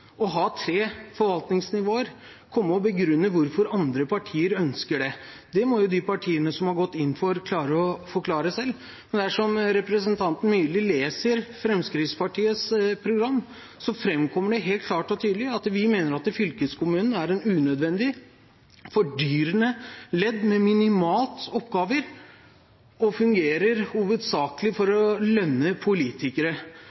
å ha tre forvaltningsnivåer, kommer og begrunner hvorfor andre partier ønsker det. Det må jo de partiene som har gått inn for det, klare å forklare selv. Men dersom representanten Myrli leser Fremskrittspartiets program, framkommer det helt klart og tydelig at vi mener at fylkeskommunen er et unødvendig fordyrende ledd med minimalt med oppgaver, og den fungerer hovedsakelig for